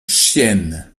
chiennes